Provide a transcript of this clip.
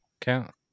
Count